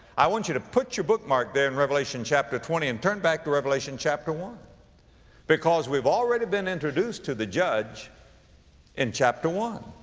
i want you to put your bookmark there in revelation chapter twenty and turn back to revelation chapter one because we've already been introduced to the judge in chapter one.